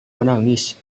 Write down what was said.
menangis